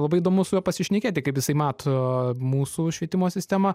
labai įdomu su juo pasišnekėti kaip jisai mato mūsų švietimo sistema